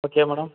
okay madam